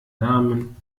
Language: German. namen